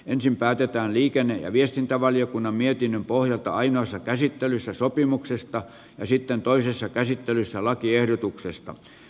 ensin päätetään liikenne ja viestintävaliokunnan mietinnön pohjalta ainoassa käsittelyssä sopimuksesta ja sitten toisessa käsittelyssä lakiehdotuksesta